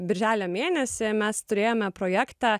birželio mėnesį mes turėjome projektą